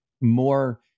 more